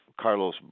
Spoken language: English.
Carlos